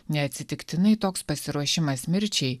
neatsitiktinai toks pasiruošimas mirčiai